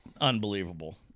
unbelievable